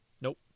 Nope